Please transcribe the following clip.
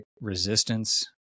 resistance